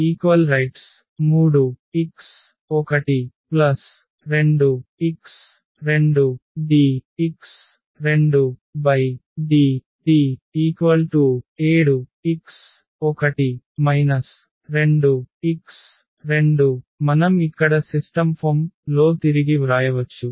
dx1dt 3x12x2 dx2dt 7x1 2x2 మనం ఇక్కడ system రూపం లో తిరిగి వ్రాయవచ్చు